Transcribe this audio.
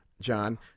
John